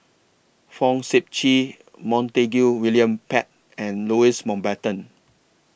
Fong Sip Chee Montague William Pett and Louis Mountbatten